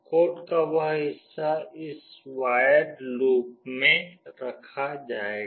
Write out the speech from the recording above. code का वह हिस्सा इस वोयड लूप में रखा जाएगा